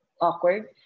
awkward